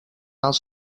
els